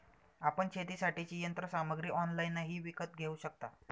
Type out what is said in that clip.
आपण शेतीसाठीची यंत्रसामग्री ऑनलाइनही विकत घेऊ शकता